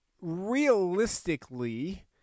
realistically